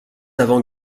avant